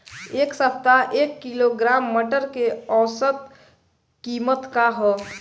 एक सप्ताह एक किलोग्राम मटर के औसत कीमत का ह?